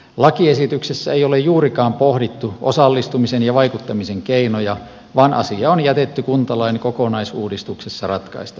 lakiesityksessä ei ole juurikaan pohdittu osallistumisen ja vaikuttamisen keinoja vaan asia on jätetty kuntalain kokonaisuudistuksessa ratkaistavaksi